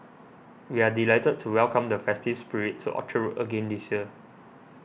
we are delighted to welcome the festive spirit to Orchard Road again this year